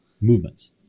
movements